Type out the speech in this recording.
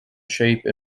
shape